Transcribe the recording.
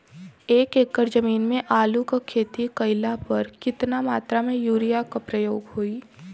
एक एकड़ जमीन में आलू क खेती कइला पर कितना मात्रा में यूरिया क प्रयोग होई?